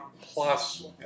plus